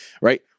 Right